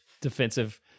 defensive